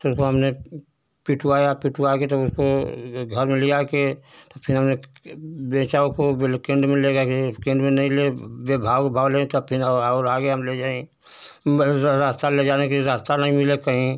तो उसको हमने पिटवाया पिटवा के तब उसको घर में ला कर तो फिर हमने बेचा उसको ब्लेकेंड में ले गए ब्लेकेंड में नहीं लिए बे भाव के भाव ले तब फिर हम और आगे हम ले जाएँ रास्ता ले जाने के लिए रास्ता नहीं मिलेगा कहीं